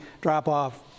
drop-off